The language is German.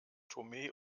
tomé